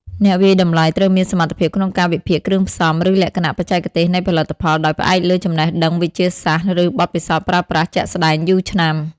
អ្នកវាយតម្លៃត្រូវមានសមត្ថភាពក្នុងការវិភាគគ្រឿងផ្សំ ឬលក្ខណៈបច្ចេកទេសនៃផលិតផល ដោយផ្អែកលើចំណេះដឹងវិទ្យាសាស្ត្រ ឬបទពិសោធន៍ប្រើប្រាស់ជាក់ស្តែងយូរឆ្នាំ។